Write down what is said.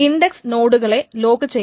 index നോഡുകളെ lock ചെയ്യണം